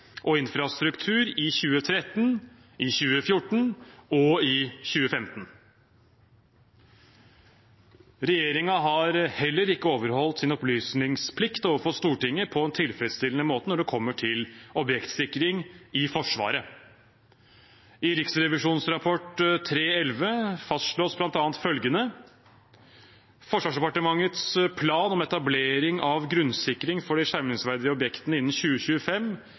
og infrastruktur i 2013, i 2014 og i 2015. Regjeringen har heller ikke overholdt sin opplysningsplikt overfor Stortinget på en tilfredsstillende måte når det gjelder objektsikring i Forsvaret. I Riksrevisjonens rapport Dokument 3:11 fastslås bl.a. følgende: «Forsvarsdepartementets plan om etablering av grunnsikring for de skjermingsverdige objektene innen 2025